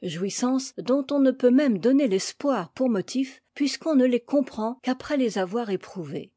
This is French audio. jouissances dont on ne peut même donner l'espoir pour motif puisqu'on ne les comprend qu'après les avoir éprouvées